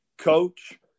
coach